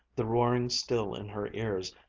the roaring still in her ears,